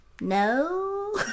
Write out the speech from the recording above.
no